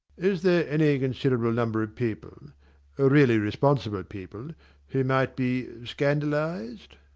is there any considerable number of people really responsible people who might be scandalised?